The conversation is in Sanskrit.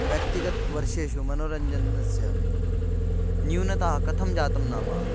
व्यक्तिगतवर्षेषु मनोरञ्जनम् अस्य न्यूनता कथं जातं नाम